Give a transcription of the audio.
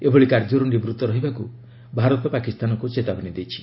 ଏଭଳି କାର୍ଯ୍ୟରୁ ନିବୃତ ରହିବାକୁ ଭାରତ ପାକିସ୍ତାନକୁ ଚେତାବନୀ ଦେଇଛି